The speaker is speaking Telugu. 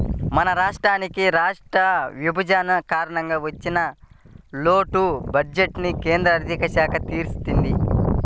మన రాష్ట్రానికి రాష్ట్ర విభజన కారణంగా వచ్చిన లోటు బడ్జెట్టుని కేంద్ర ఆర్ధిక శాఖ తీర్చింది